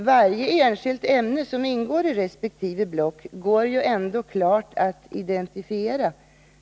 Varje enskilt ämne som ingår i resp. block går dock klart att identifiera.